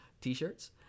t-shirts